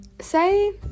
say